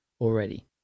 Already